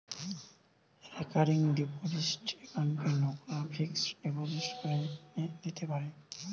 recurring deposit একাউন্টকে লোকরা fixed deposit করে লিতে পারে